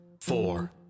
four